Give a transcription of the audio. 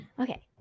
Okay